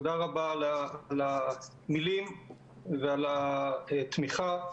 תודה רבה על המילים ועל התמיכה.